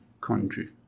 country